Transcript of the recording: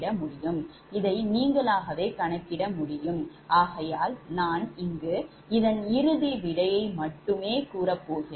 இதை நீங்களாகவே கணக்கிட முடியும் ஆகையால் நான் இங்கு இதன் இறுதி விடை மட்டும் கூறுகிறேன்